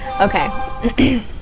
Okay